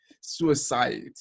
suicide